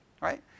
right